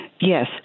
Yes